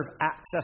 access